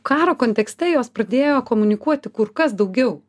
karo kontekste jos pradėjo komunikuoti kur kas daugiau